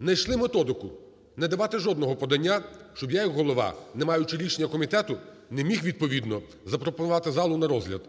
Знайшли методику – не давати жодного подання, щоб я як Голова, не маючи рішення комітету, не міг відповідно запропонувати залу на розгляд.